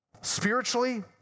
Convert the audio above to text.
Spiritually